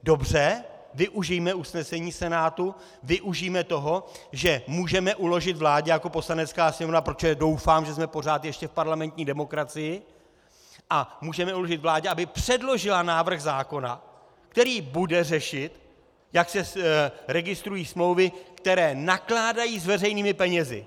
Dobře, využijme usnesení Senátu, využijme toho, že můžeme uložit vládě jako Poslanecká sněmovna, protože doufám, že jsme pořád ještě v parlamentní demokracii a můžeme uložit vládě, aby předložila návrh zákona, který bude řešit, jak se registrují smlouvy, které nakládají s veřejnými penězi.